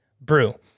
brew